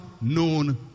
known